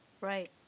right